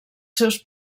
seus